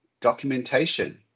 documentation